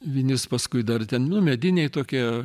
vinis paskui dar ten nu mediniai tokie